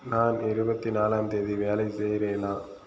நான் இருபத்தி நாலாந்தேதி வேலை செய்கிறேனா